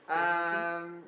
um